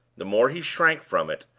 the more he shrank from it,